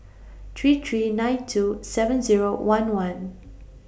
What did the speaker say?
three three nine two seven Zero one one